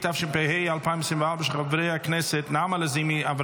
התשפ"ד 2024. הצבעה.